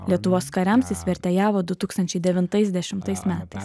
lietuvos kariams jis vertėjavo du tūkstančiai devintais dešimtais metais